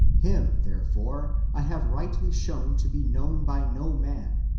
him, therefore, i have rightly shown to be known by no man,